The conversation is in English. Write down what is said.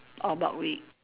how about wheat